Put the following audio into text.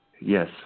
Yes